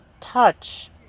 touch